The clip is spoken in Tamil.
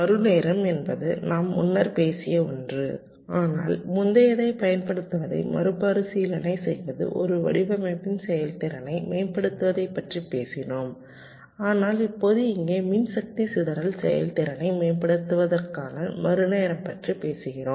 மருநேரம் என்பது நாம் முன்னர் பேசிய ஒன்று ஆனால் முந்தையதைப் பயன்படுத்துவதை மறுபரிசீலனை செய்வது ஒரு வடிவமைப்பின் செயல்திறனை மேம்படுத்துவதைப் பற்றி பேசினோம் ஆனால் இப்போது இங்கே மின்சக்தி சிதறல் செயல்திறனை மேம்படுத்துவதற்கான மருநேரம் பற்றி பேசுகிறோம்